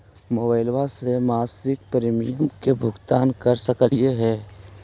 Mobile से मासिक premium के भुगतान कर सकली हे?